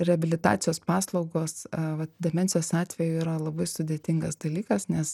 reabilitacijos paslaugos vat demencijos atveju yra labai sudėtingas dalykas nes